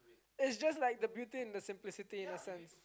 it's just like the beauty and the simplicity in a sense